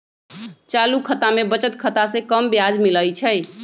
चालू खता में बचत खता से कम ब्याज मिलइ छइ